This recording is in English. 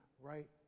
right